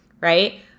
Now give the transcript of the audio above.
right